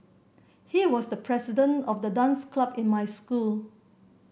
he was the president of the dance club in my school